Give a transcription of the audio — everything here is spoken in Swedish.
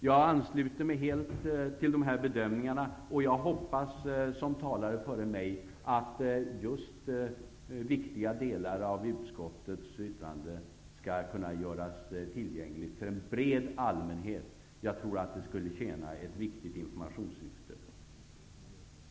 Jag ansluter mig helt till dessa bedömningar, och jag hoppas, som flera talare före mig, att just viktiga delar av utskottets yttrande skall kunna göras tillgängliga för en bred allmänhet. Jag tror att det skulle tjäna ett viktigt informationssyfte.